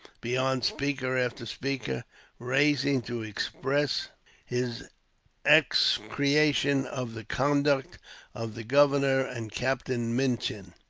beyond speaker after speaker rising to express his execration of the conduct of the governor and captain minchin.